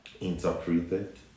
interpreted